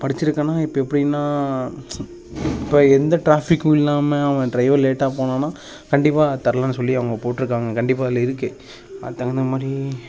படிச்சுருக்கேன்னா இப்போ எப்படின்னா இப்போ எந்த ட்ராஃபிக்கும் இல்லாமல் அவன் ட்ரைவர் லேட்டாக போனான்னா கண்டிப்பாக தரலான்னு சொல்லி அவங்க போட்டுருக்காங்க கண்டிப்பாக அதில் இருக்கு அதுக்கு தகுந்த மாதிரி